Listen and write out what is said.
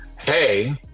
hey